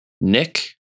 Nick